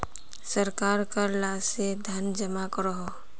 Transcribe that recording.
सरकार कर ला से धन जमा करोह